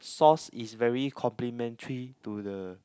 sauce is very complimentary to the